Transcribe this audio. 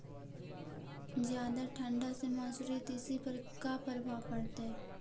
जादा ठंडा से मसुरी, तिसी पर का परभाव पड़तै?